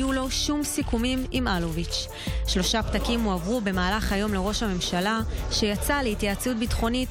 אני קובע כי החלטת ועדת הכספים בדבר פיצול הצעת חוק ההתייעלות הכלכלית